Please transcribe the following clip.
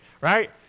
right